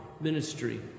ministry